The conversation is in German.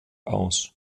aus